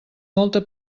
molta